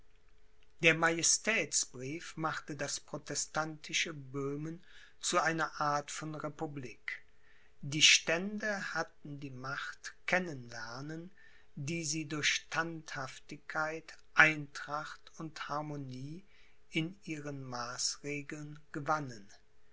der majestätsbrief machte das protestantische böhmen zu einer art von republik die stände hatten die macht kennen lernen die sie durch standhaftigkeit eintracht und harmonie in ihren maßregeln gewannen